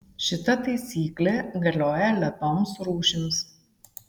šita taisyklė galioja lepioms rūšims